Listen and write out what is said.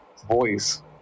voice